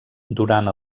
durant